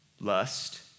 lust